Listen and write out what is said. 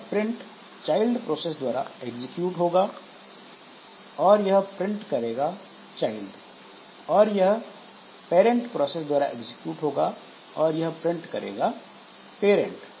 यह print child process द्वारा execute होगा और यह प्रिंट करेगा चाइल्ड और यह पैरेंट प्रोसेस द्वारा एग्जीक्यूट होगा और यह प्रिंट करेगा पेरेंट